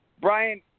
Brian